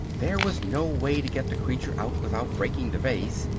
there was no way to get the creature out without breaking the vase,